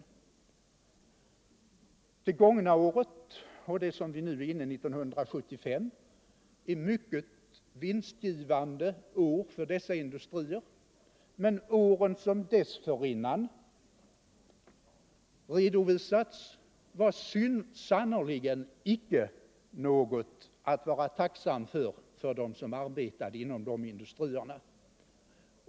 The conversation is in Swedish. LL Det gångna verksamhetsåret och det som vi nu är inne i — 1974/75 = Vissa frågor —- är mycket vinstgivande år för skogsindustrierna, men de år som dess — rörande skogsinduförinnan redovisats var sannerligen icke något som de som arbetade inom = strin dessa industrier kunde vara tacksamma för.